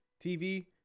TV